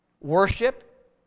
worship